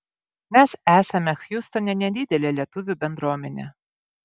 mes esame hjustone nedidelė lietuvių bendruomenė